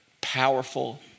powerful